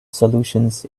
solutions